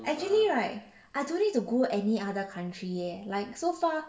actually right I don't need to go any other country leh like so far